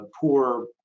poor